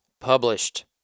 published